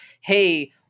hey